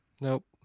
Nope